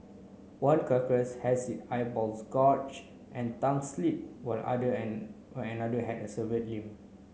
one carcass has it eyeballs gorged and tongue slit while another and while another had a severed limb